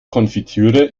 konfitüre